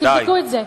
תבדקו את זה.